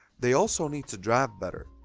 they also need to draft better.